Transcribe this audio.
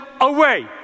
away